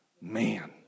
Man